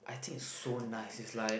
I think is so nice is like